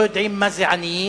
לא יודעים מה זה עניים,